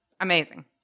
Amazing